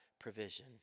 provision